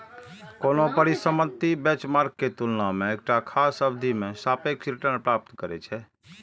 कोनो परिसंपत्ति बेंचमार्क के तुलना मे एकटा खास अवधि मे सापेक्ष रिटर्न प्राप्त करै छै